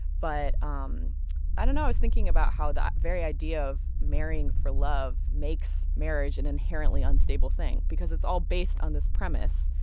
but um i don't know. i was thinking about how that very idea of marrying for love makes marriage an inherently unstable thing because it's all based on this premise.